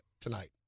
tonight